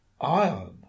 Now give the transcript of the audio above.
iron